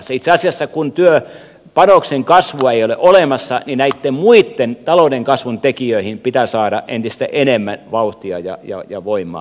itse asiassa kun työpanoksen kasvua ei ole olemassa niin näitten muitten talouden kasvun tekijöihin pitää saada entistä enemmän valttia ja voimaa